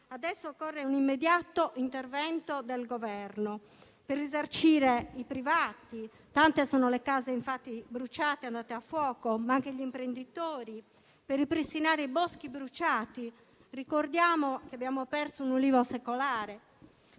adesso occorre un immediato intervento del Governo per risarcire i privati - tante sono le case bruciate - ma anche gli imprenditori, e per ripristinare i boschi bruciati. Ricordiamo che abbiamo perso un ulivo secolare.